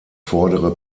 vordere